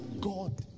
God